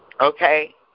okay